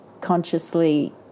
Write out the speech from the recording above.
consciously